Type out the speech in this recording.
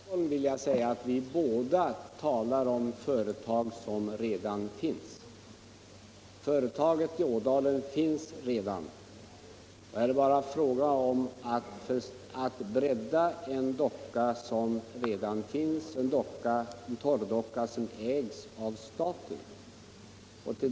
Herr talman! Till herr Sivert Andersson i Stockholm vill jag säga att vi båda talar om företag som redan finns. Företaget i Ådalen existerar redan. Det gäller bara att bredda en redan befintlig torrdocka som ägs av staten.